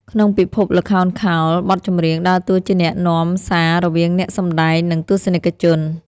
ក្នុងពិភពល្ខោនខោល បទចម្រៀងដើរតួជាអ្នកនាំសាររវាងអ្នកសម្ដែង និងទស្សនិកជន។